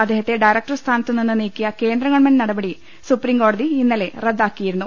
അദ്ദേഹത്തെ ഡയറക്ടർ സ്ഥാനത്തുനിന്ന് നീക്കിയ കേന്ദ്രഗവൺമെന്റ് നടപടി സുപ്രീംകോടതി ഇന്നലെ റദ്ദാക്കിയിരുന്നു